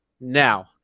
now